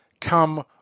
come